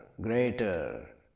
greater